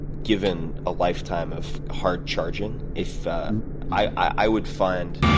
given a lifetime of hard charging? if and i would find,